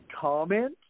comment